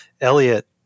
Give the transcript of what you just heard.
Elliot